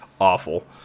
Awful